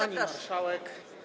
Pani Marszałek!